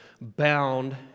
bound